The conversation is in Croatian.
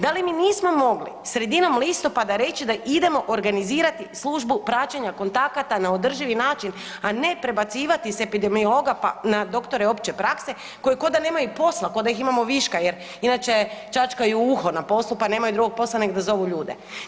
Da li mi nismo mogli sredinom listopada reći da idemo organizirati službu praćenja kontakata na održivi način, a ne prebacivati s epidemiologa na doktore opće prakse koji ko da nemaju posla, ko da ih imamo viška jer inače čačkaju uho na poslu pa nemaju drugog posla nego da zovu ljude.